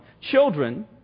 Children